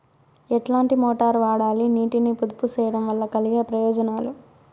ఎట్లాంటి మోటారు వాడాలి, నీటిని పొదుపు సేయడం వల్ల కలిగే ప్రయోజనాలు?